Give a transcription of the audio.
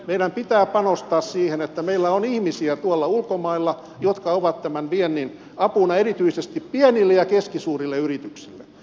meidän pitää panostaa siihen että meillä on tuolla ulkomailla ihmisiä jotka ovat viennin apuna erityisesti pienille ja keskisuurille yrityksille